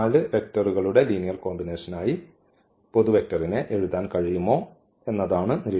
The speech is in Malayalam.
ഈ നാല് വെക്റ്ററുകളുടെ ലീനിയർ കോമ്പിനേഷനായി എഴുതാൻ കഴിയുമോ എന്നതാണ്